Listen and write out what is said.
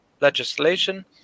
legislation